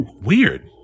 weird